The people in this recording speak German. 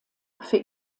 für